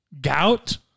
Gout